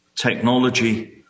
technology